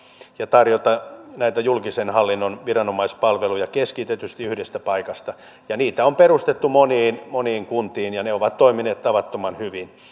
ja tarjota näitä julkisen hallinnon viranomaispalveluja keskitetysti yhdestä paikasta niitä on perustettu moniin moniin kuntiin ja ne ovat toimineet tavattoman hyvin